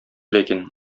ләкин